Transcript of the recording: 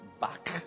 back